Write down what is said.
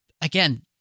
again